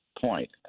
point